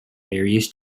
various